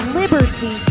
liberty